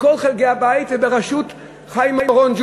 מכל חלקי הבית ובראשות חיים אורון,